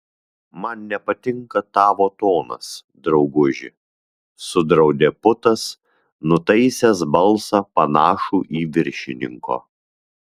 man nepatinka tavo tonas drauguži sudraudė putas nutaisęs balsą panašų į viršininko